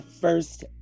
first